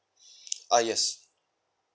ah yes